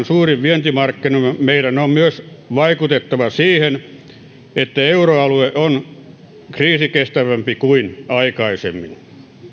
suurin vientimarkkinamme meidän on myös vaikutettava siihen että euroalue on kriisikestävämpi kuin aikaisemmin